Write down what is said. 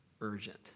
urgent